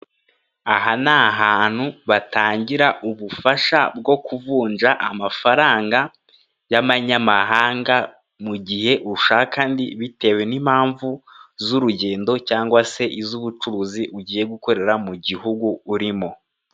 Aha ni ahantu batangira ubufasha bwo kuvunja amafaranga y'abanyamahanga, mu gihe ushaka andi bitewe n'impamvu z'urugendo cyangwa se iz'ubucuruzi ugiye gukorera mu gihugu urimo.